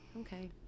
okay